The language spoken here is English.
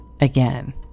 again